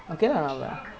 maldu vaidavini